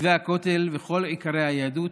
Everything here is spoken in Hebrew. מתווה הכותל וכל עיקרי היהדות.